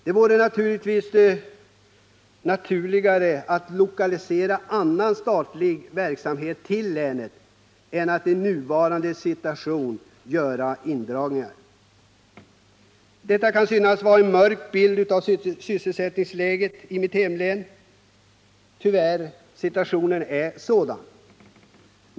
Det vore naturligare att lokalisera annan statlig verksamhet till länet än att i nuvarande situation göra indragningar. Detta blev en mörk bild av sysselsättningsläget i mitt hemlän. Tyvärr är situationen sådan.